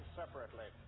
separately